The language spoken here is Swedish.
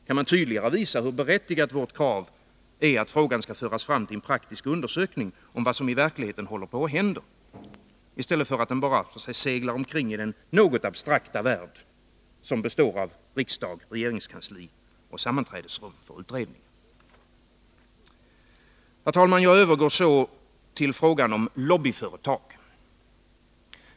Kan man tydligare visa hur berättigat vpk:s krav är att frågan skall föras fram till en praktisk undersökning om vad som i verkligheten håller på att hända, i stället för att den bara seglar omkring i den något abstrakta värld som består av riksdag, regeringskansli och sammanträdesrum för utredningar? Fru talman! Jag övergår nu till frågan om lobbyföretag.